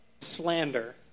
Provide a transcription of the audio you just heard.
slander